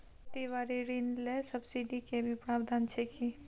खेती बारी ऋण ले सब्सिडी के भी प्रावधान छै कि?